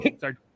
Sorry